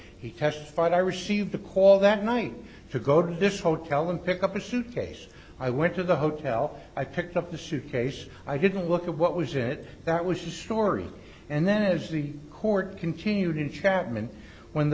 he testified i received a call that night to go to this hotel and pick up a suitcase i went to the hotel i picked up the suitcase i didn't look at what was it that was the story and then as the court continued in chapman when the